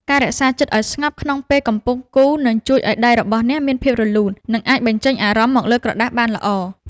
ការរក្សាចិត្តឱ្យស្ងប់ក្នុងពេលកំពុងគូរនឹងជួយឱ្យដៃរបស់អ្នកមានភាពរលូន និង អាចបញ្ចេញអារម្មណ៍មកលើក្រដាសបានល្អ។